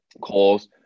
calls